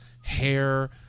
hair